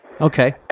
Okay